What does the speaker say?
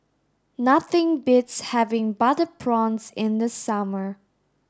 nothing beats having butter prawns in the summer